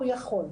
הוא יכול.